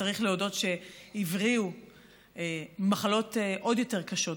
צריך להודות שהבריאו ממחלות עוד יותר קשות מזה,